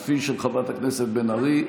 אף היא של חברת הכנסת בן ארי.